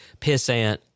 pissant